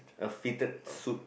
a fitted suit